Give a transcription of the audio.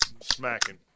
Smacking